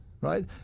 right